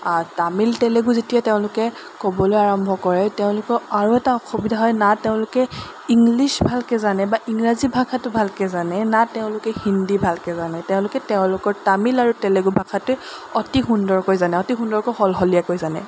তামিল তেলেগু যেতিয়া তেওঁলোকে ক'বলৈ আৰম্ভ কৰে তেওঁলোকৰ আৰু এটা অসুবিধা হয় না তেওঁলোকে ইংলিছ ভালকৈ জানে বা ইংৰাজী ভাষাটো ভালকৈ জানে না তেওঁলোকে হিন্দী ভালকৈ জানে তেওঁলোকে তেওঁলোকৰ তামিল আৰু তেলেগু ভাষাটোৱে অতি সুন্দৰকৈ জানে অতি সুন্দৰকৈ সলসলীয়াকৈ জানে